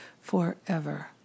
forever